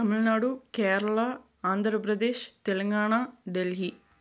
Tamil Nadu Kerala Andhra Pradesh Telangana Delhi